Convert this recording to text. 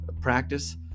Practice